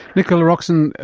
nicola roxon,